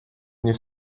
nie